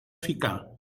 ficar